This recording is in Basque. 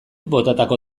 botatako